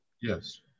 Yes